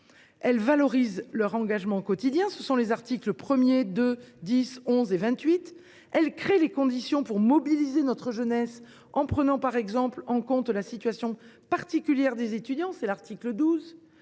également leur engagement quotidien : ce sont les articles 1, 2, 10, 11 et 28. Il crée les conditions pour mobiliser la jeunesse, en prenant par exemple en compte la situation particulière des étudiants : c’est l’article 12.